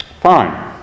Fine